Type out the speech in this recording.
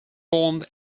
formed